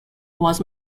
was